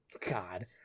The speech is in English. God